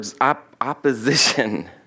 opposition